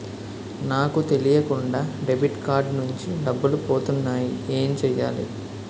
నాకు తెలియకుండా debit card నుంచి డబ్బులు పోతున్నాయి ఎం చెయ్యాలి?